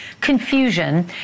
confusion